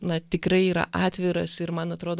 na tikrai yra atviras ir man atrodo